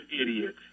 idiot